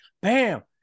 bam